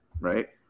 right